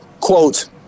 quote